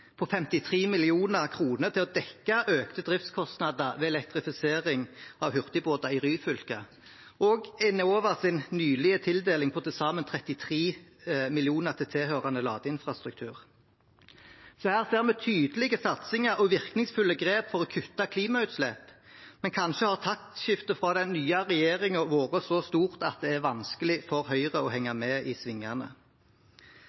på 53 mill. kr til å dekke økte driftskostnader ved elektrifisering av hurtigbåter i Ryfylke, og Enovas nylige tildeling på til sammen 33 mill. kr til tilhørende ladeinfrastruktur. Her ser vi tydelige satsinger og virkningsfulle grep for å kutte klimautslipp. Men kanskje har taktskiftet fra den nye regjeringen vært så stort at det er vanskelig for Høyre å